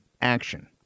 action